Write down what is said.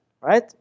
Right